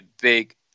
big